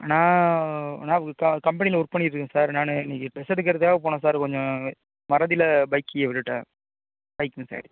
நான் நான் க கம்பெனியில் ஒர்க் பண்ணிகிட்டு இருக்கேன் சார் நானு இன்னக்கு ட்ரெஸ் எடுக்கறதுக்காக போனேன் சார் கொஞ்சம் மறதியில் பைக் கீயை விட்டுட்டேன் பைக் மிஸ் ஆயிடுச்சு